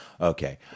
Okay